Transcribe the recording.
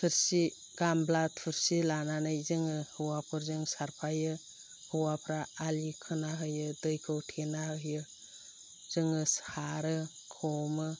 थोरसि गामला थुरसु लानानै जोङो हौवाफोरजों सारफायो हौवाफ्रा आलि खोना होयो दैखौ थेना होयो जोङो सारो हमो